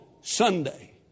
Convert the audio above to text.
Sunday